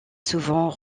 souvent